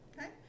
Okay